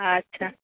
अच्छा